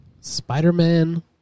Spider-Man